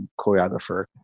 choreographer